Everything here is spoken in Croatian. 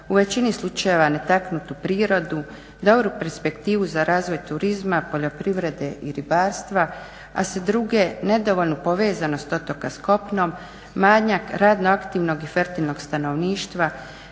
u većini slučajeva netaknutu prirodu, dobru perspektivu za razvoj turizma, poljoprivrede i ribarstva, a sa druge nedovoljnu povezanost otoka sa kopnom, manjak radno aktivnog i fertilnog stanovništva,